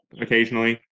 occasionally